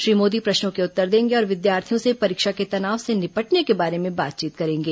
श्री मोदी प्रश्नों के उत्तर देंगे और विद्यार्थियों से परीक्षा के तनाव से निपटने के बारे में बातचीत करेंगे